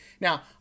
Now